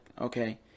okay